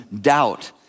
doubt